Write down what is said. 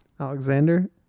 Alexander